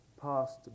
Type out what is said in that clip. past